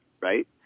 right